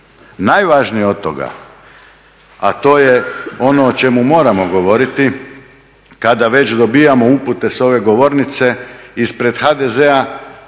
Najvažnije od toga, a to je ono o čemu moramo govoriti, kada već dobivamo upute s ove govornice, ispred HDZ-a